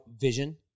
vision